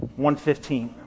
115